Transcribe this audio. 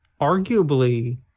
arguably